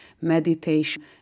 meditation